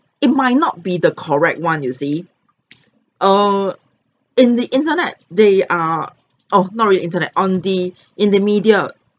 it might not be the correct one you see err in the internet they are oh not the internet on the in the media